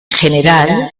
general